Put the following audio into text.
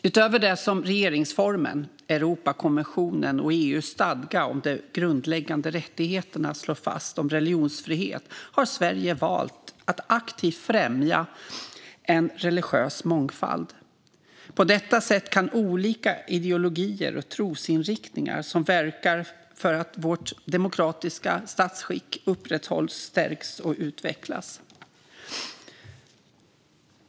Utöver det som regeringsformen, Europakonventionen och EU:s stadga om de grundläggande rättigheterna slår fast om religionsfrihet har Sverige valt att aktivt främja en religiös mångfald. På detta sätt kan olika ideologier och trosriktningar - som verkar för att vårt demokratiska statsskick upprätthålls - stärkas och utvecklas.